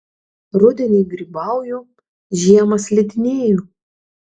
rudenį grybauju žiemą slidinėju